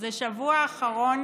זה השבוע האחרון